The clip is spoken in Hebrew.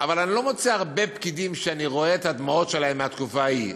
אבל אני לא מוצא הרבה פקידים שאני רואה את הדמעות שלהם מהתקופה ההיא.